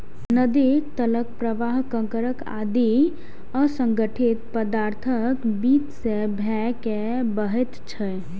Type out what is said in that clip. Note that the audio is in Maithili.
नदीक तलक प्रवाह कंकड़ आदि असंगठित पदार्थक बीच सं भए के बहैत छै